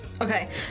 Okay